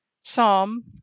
Psalm